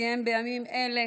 שסיים בימים אלה